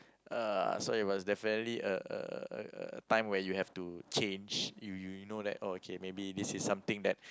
uh so it was definitely a a a a time where you have to change you know that okay maybe this is something that